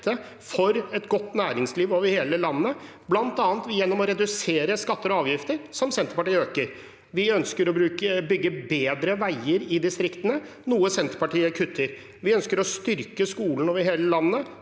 for et godt næringsliv i hele landet, bl.a. gjennom å redusere skatter og avgifter, noe Senterpartiet øker. Vi ønsker å bygge bedre veier i distriktene, noe Senterpartiet kutter. Vi ønsker å styrke skolen over hele landet,